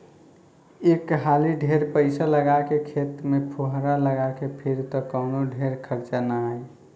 एक हाली ढेर पईसा लगा के खेत में फुहार लगा के फिर त कवनो ढेर खर्चा ना आई